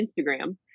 instagram